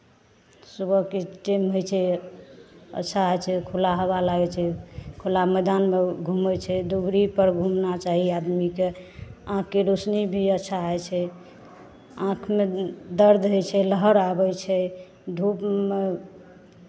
सुबहके टाइम होइ छै अच्छा होइ छै खुला हवा लागै छै खुला मैदानमे ओ घूमै छै दुबिरीपर घूमना चाही आदमीके आँखिके रोशनी भी अच्छा होइ छै आँखिमे दर्द होइ छै लहर आबै छै धूपमे